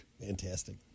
Fantastic